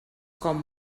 com